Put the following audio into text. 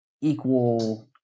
equal